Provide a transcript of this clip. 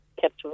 kept